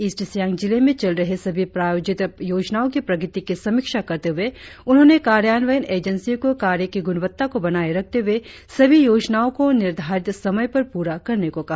east Siang जिले में चल रहे सभी प्रायोजित योजनाओं की प्रगति की समीक्षा करते हुए उन्होंने कार्यान्वयन एजेंसियों को कार्य की गुणवत्ता को बनाए रखते हुए सभी योजनाओं को निर्धारित समय पर पूरा करने को कहा